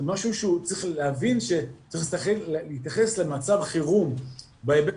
צריך להבין ולהתייחס למצב החירום בהיבט